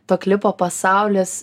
to klipo pasaulis